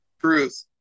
Truth